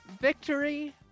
Victory